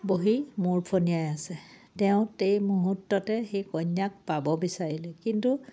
বহি মূৰ ফণিয়াই আছে তেওঁ এই মুহূৰ্ততে সেই কন্যাক পাব বিচাৰিলে কিন্তু